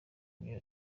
new